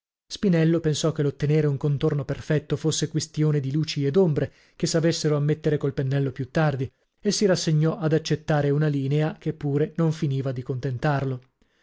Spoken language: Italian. spinello pensò che l'ottenere un contorno perfetto fosse quistione di luci e d'ombre che s'avessero a mettere col pennello più tardi e si rassegnò ad accettare una linea che pure non finiva di contentarlo